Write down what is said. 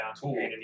tool